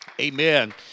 Amen